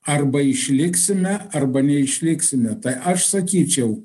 arba išliksime arba neišliksime tai aš sakyčiau